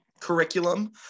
curriculum